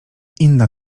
inna